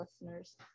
listeners